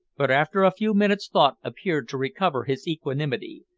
but after a few minutes' thought appeared to recover his equanimity,